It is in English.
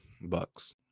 bucks